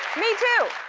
me too.